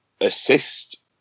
assist